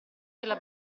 della